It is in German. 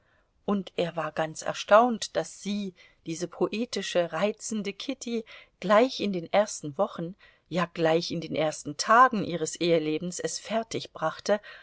und er war ganz erstaunt daß sie diese poetische reizende kitty gleich in den ersten wochen ja gleich in den ersten tagen ihres ehelebens es